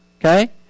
Okay